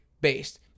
based